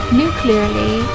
nuclearly